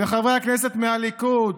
וחברי הכנסת מהליכוד